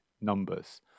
numbers